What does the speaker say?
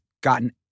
gotten